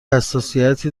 حساسیتی